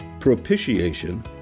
propitiation